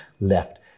left